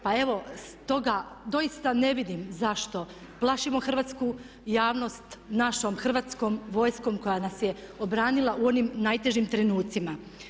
Pa evo stoga doista ne vidim zašto plašimo hrvatsku javnost našom Hrvatskom vojskom koja nas je obranila u onim najtežim trenutcima.